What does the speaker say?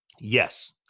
Yes